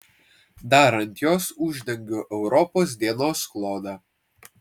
dar ant jos uždengiu europos dienos klodą